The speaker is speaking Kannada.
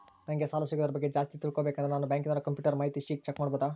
ನಂಗೆ ಸಾಲ ಸಿಗೋದರ ಬಗ್ಗೆ ಜಾಸ್ತಿ ತಿಳಕೋಬೇಕಂದ್ರ ನಾನು ಬ್ಯಾಂಕಿನೋರ ಕಂಪ್ಯೂಟರ್ ಮಾಹಿತಿ ಶೇಟ್ ಚೆಕ್ ಮಾಡಬಹುದಾ?